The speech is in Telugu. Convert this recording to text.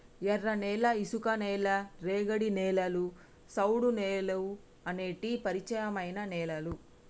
ఎర్రనేల, ఇసుక నేల, రేగడి నేలలు, సౌడువేలుఅనేటి పరిచయమైన నేలలు